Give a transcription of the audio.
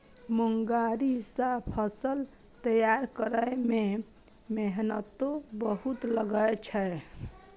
मूंगरी सं फसल तैयार करै मे मेहनतो बहुत लागै छै